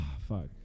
fuck